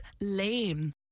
lame